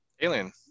Alien